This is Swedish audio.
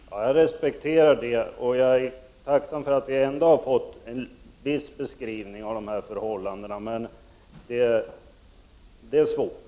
Herr talman! Jag respekterar det, och jag är tacksam för att vi ändå har fått en viss beskrivning av förhållandena. Men det är svårt.